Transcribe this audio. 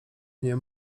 nie